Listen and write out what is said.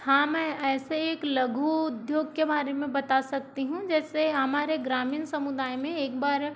हाँ मैं ऐसे एक लघु उद्योग के बारे में बता सकती हूँ जैसे हमारे ग्रामीण समुदाय में एक बार